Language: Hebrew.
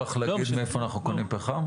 בטוחים.